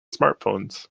smartphones